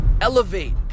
Elevate